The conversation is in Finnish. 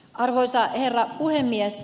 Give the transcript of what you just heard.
arvoisa herra puhemies